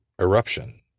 eruption